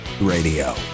radio